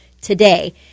today